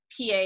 PA